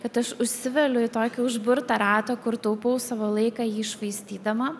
kad aš užsiveliu į tokį užburtą ratą kur taupau savo laiką jį švaistydama